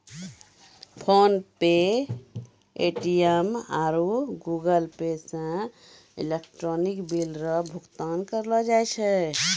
PhonePe Paytm आरु Google Pay से electronic bill रो भुगतान करलो जाय छै